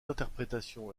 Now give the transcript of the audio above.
interprétation